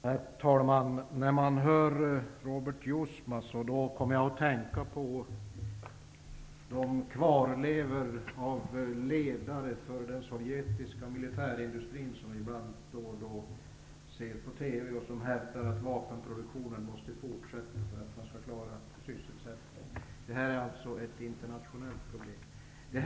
Herr talman! När jag hör Robert Jousma kommer jag att tänka på de kvarlevor av ledare för den sovjetiska militärindustrin som vi ibland ser på TV, som hävdar att vapenproduktionen måste fortsätta för att vi skall klara sysselsättningen. Det här är alltså ett internationellt problem.